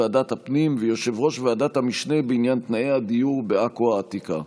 ועדת הפנים ויושב-ראש ועדת המשנה בעניין תנאי הדיור בעכו העתיקה.